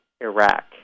Iraq